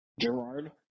Gerard